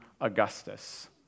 Augustus